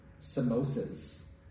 samosas